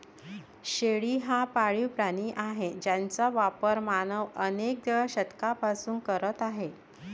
शेळी हा पाळीव प्राणी आहे ज्याचा वापर मानव अनेक शतकांपासून करत आहे